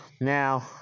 Now